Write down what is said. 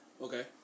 Okay